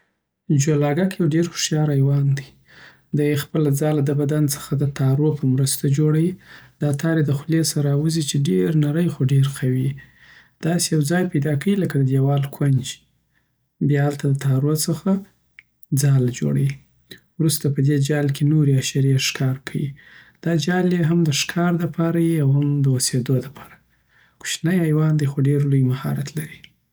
جولا ګک یو ډېر هوښیار حیوان دی دی خپله ځاله د بدن څخه د تارو په مرسته جوړیی دا تار یې د خولې سه راوزي، چی ډېر نری، خو ډېر قوي یی داسی یو ځای پیدا کویی لکه ددیوال کونج او بیا له هلته د تارو څخه ځاله جوړوی وروسته په دی جال کی نوری حشری ښکار کیی دا جال یی هم دښکار دپاره یی او هم د اوسیدو دپاره کوشنی حیوان دی خو ډیر لوی مهارت لری